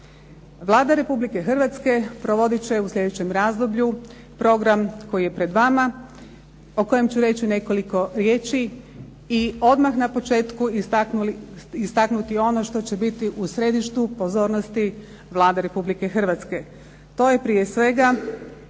Vlada Republike Hrvatske provodit će u slijedećem razdoblju program koji je pred vama o kojem ću reći nekoliko riječi i odmah na početku istaknuti ono što će biti u središtu pozornosti Vlade Republike Hrvatske. To je prije svega